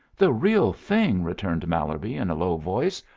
the real thing, returned mallerby, in a low voice.